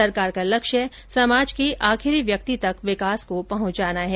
सरकार का लक्ष्य समाज के आखिरी व्यक्ति तक विकास को पहुंचाना है